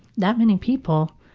that many people